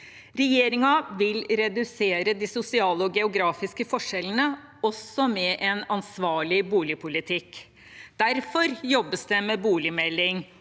Regjeringen vil redusere de sosiale og geografiske forskjellene – også med en ansvarlig boligpolitikk. Derfor jobbes det med boligmelding